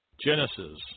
Genesis